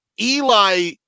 Eli